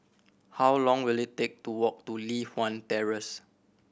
how long will it take to walk to Li Hwan Terrace